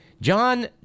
John